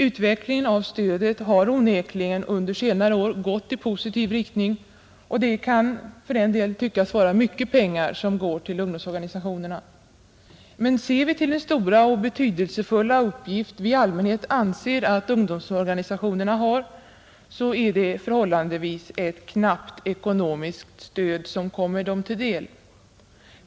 Utvecklingen av stödet har onekligen under senare år gått i positiv riktning, och det kan tyckas vara mycket pengar som tillförs ungdomsorganisationerna. Men ser vi till den stora och betydelsefulla uppgift vi anser att ungdomsorganisationerna har, finner vi att det är ett förhållandevis knappt ekonomiskt stöd som kommer dem till del.